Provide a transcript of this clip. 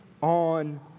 on